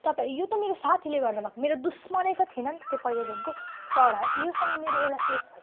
तपाईँ यो त मेरो साथीले गर्दा भएको मेरो दुस्मनै त थिएनन् त त्यो पहिल्यै देखिको तर योसँग मेरो एउटा केस भएको छ